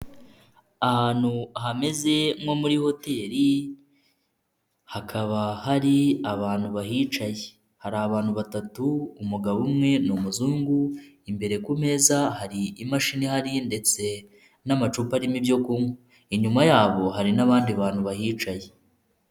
Ahantu hameze nko muri hoteri, hakaba hari abantu bahicaye. Hari abantu batatu, umugabo umwe ni umuzungu, imbere ku meza hari imashini ihari ndetse n'amacupa arimo ibyo kunywa. Inyuma yabo hari n'abandi bantu bahicaye.